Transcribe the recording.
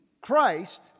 Christ